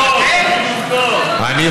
מותר לי לומר את מה שאני חושב?